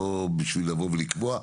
לא בשביל לבוא ולקבוע.